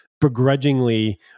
begrudgingly